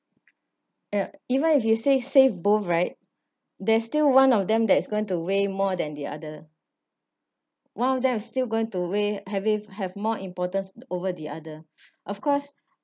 ya even if you say save both right there's still one of them that is going to weigh more than the other one of them is still going to weigh have it have more importance over the other of course